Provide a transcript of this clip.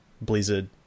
Blizzard